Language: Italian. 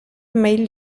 may